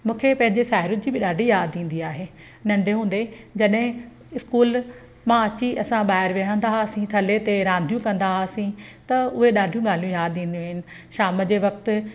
मूंखे पंहिंजी साहेड़ियुनि जी बि ॾाढी यादि ईंदी आहे नंढे हूंदे जॾहिं इस्कूल मां अची असां ॿाहिरि विहंदा हुआसीं थले ते रांदियूं कंदा हुआसीं त उहे ॾाढियूं ॻाल्हियूं यादि ईंदियूं आहिनि शाम जे वक़्ति